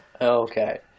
okay